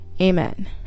Amen